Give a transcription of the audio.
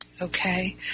Okay